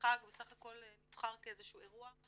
החג הוא בסך הכל נבחר כאיזה שהוא אירוע,